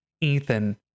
Ethan